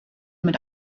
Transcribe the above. mit